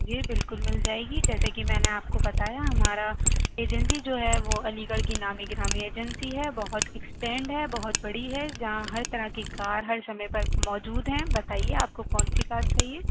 جی بالکل مِل جائے گی جیسے کہ میں نے آپ کو بتایا ہمارا ایجنسی جو ہے وہ علی گڑھ کی نامی گرامی ایجنسی ہے بہت ایکسپینڈ ہے بہت بڑی ہے جہاں ہر طرح کی کار ہر سمعے پر موجود ہیں بتائیےآپ کو کون سی کار چاہیے